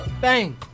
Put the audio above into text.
bang